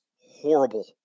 horrible